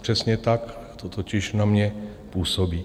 Přesně tak to totiž na mě působí.